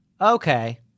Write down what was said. Okay